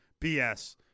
BS